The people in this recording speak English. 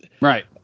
right